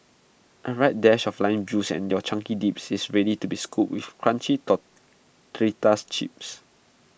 A right dash of lime juice and your chunky dip is ready to be scooped with crunchy chips